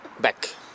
Back